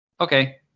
okay